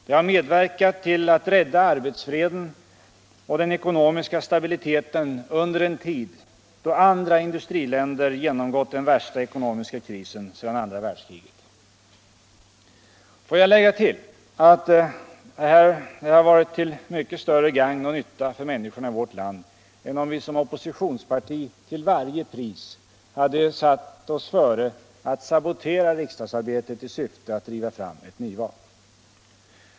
Det har medverkat till att rädda arbetsfreden och den ekonomiska stabiliteten under en tid då andra industriländer genomgått den värsta ekonomiska krisen sedan andra världskriget. Får jag lägga till att detta varit till mycket större gagn och nytta för människorna i vårt land än om vi som oppositionsparti till varje pris hade satt oss före att sabotera riksdagsarbetet i syfte att driva fram ett nyval.